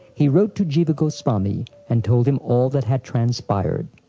he wrote to jiva goswami and told him all that had transpired